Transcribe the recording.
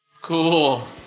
Cool